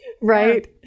right